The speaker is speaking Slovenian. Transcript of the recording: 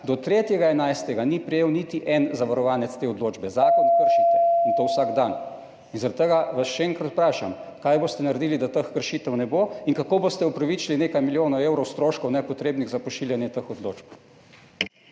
do 3. 11. ni prejel niti en zavarovanec te odločbe. Zakon kršite, in to vsak dan. Zaradi tega vas še enkrat vprašam, kaj boste naredili, da teh kršitev ne bo, in kako boste opravičili nekaj milijonov evrov nepotrebnih stroškov za pošiljanje teh odločb.